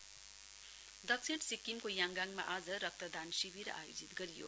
SKM दक्षिण सिक्किमको याङगाङमा आज रक्तदान शिविर आयोजित गरियो